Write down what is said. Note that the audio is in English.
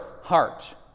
heart